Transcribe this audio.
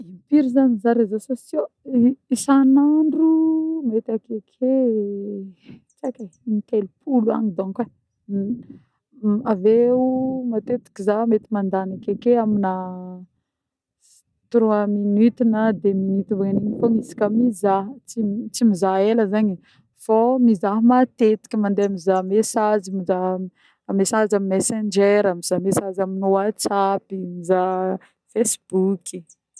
Impiry zah mizaha réseaux sociaux? Isanandro mety akeke tsy eky e in-telopolo agny donc ein avy eo matetiky zah mety mandany akeke amina sy trois minutes na deux minutes magnagno igny fogna isaky ny mizaha tsy tsy mizaha ela zany e fô mizaha matetiky mandeha mandeha mizaha message mizaha message amin'ny messenger, mizaha message amin'ny whatsapp, mizaha facebook.